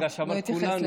לא, בגלל שאמרת "כולנו".